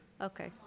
okay